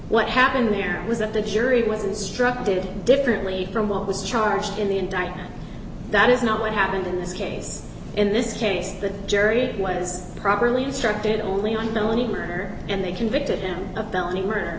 what happened here was that the jury was instructed differently from what was charged in the indictment that is not what happened in this case in this case the jury was properly instructed only on only her and they convicted him of felony